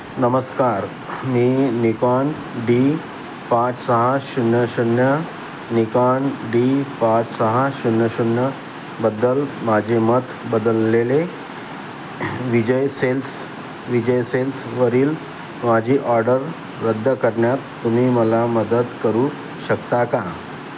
नमस्कार मी Nikon D पाच सहा शून्य शून्य निकॉन डी पाच सहा शून्य शून्य बद्दल माझे मत बदललेले विजय सेल्स विजय सेल्सवरील माझी ऑर्डर रद्द करण्यात तुम्ही मला मदत करू शकता का